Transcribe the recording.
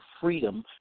freedom